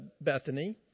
Bethany